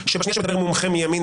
שבשנייה שמדבר מומחה מימין,